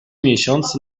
miesiąc